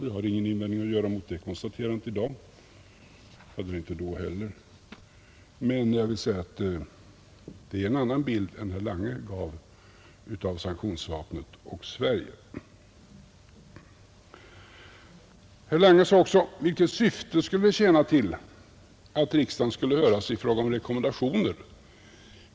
Jag har ingen invändning att göra mot det konstaterandet i dag, och jag hade det inte då heller, men jag vill säga att detta är en annan bild än den herr Lange gav av sanktionsvapnet och Sverige. Herr Lange frågade också, vilket syfte det skulle tjäna att riksdagen skulle höras i fråga om rekommendationer.